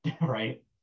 Right